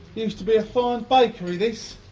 used to be a fine bakery, this.